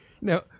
Now